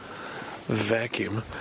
vacuum